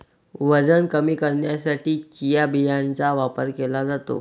वजन कमी करण्यासाठी चिया बियांचा वापर केला जातो